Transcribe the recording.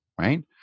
right